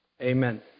Amen